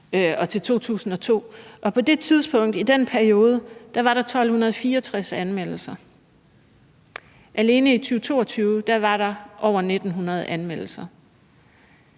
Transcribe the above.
til 2002, og i den periode var der 1.264 anmeldelser. Alene i 2022 var der over 1.900 anmeldelser.